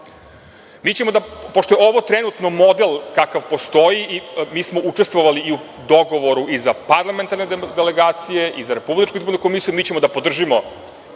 ti ljudi. Pošto je ovo trenutno model kakav postoji, mi smo učestvovali i u dogovoru i za parlamentarne delegacije i za Republičku izbornu komisiju, mi ćemo da podržimo